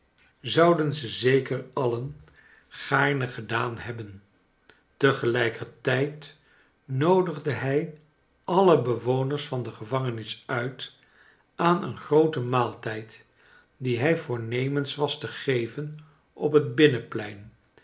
zouden ze zeker alien gaarne gedaan hebben tegelijkertijd noodigde hij alle bewoners van de gevangenis uit aan een grooten niaaltijd dien hij voornemens was te geven op het binnenplein